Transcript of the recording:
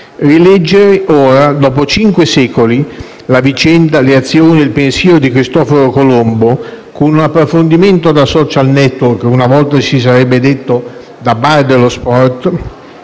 Rileggere ora, dopo cinque secoli, la vicenda, le azioni e il pensiero di Cristoforo Colombo, con un approfondimento da *social network* (una volta si sarebbe detto da bar dello sport)